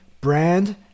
brand